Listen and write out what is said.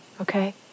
Okay